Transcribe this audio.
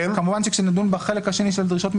כמובן שכשנדון בחלק השני של דרישות מידע,